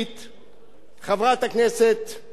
חברת הכנסת ידידתי הטובה,